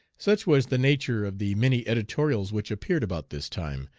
such was the nature of the many editorials which appeared about this time,